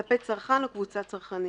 כלפי צרכן או קבוצת צרכנים."